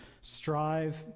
strive